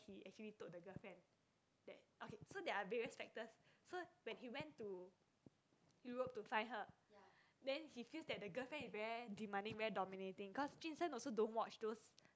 he actually told the girlfriend that okay so there are various factors so when he went to Europe to find her then he feels that the girlfriend is very demanding very dominating cos jun sheng also don't watch those